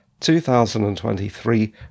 2023